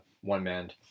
One-man